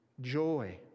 joy